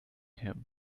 him